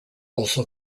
also